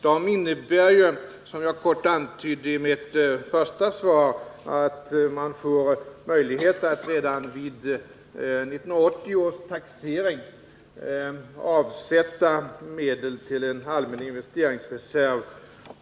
De innebär ju, som jag kort antydde i mitt första svar, att man får möjlighet att redan vid 1980 års taxering avsätta medel till en allmän investeringsreserv.